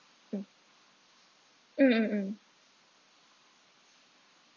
mm mm mm mm